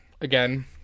again